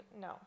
no